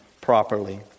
properly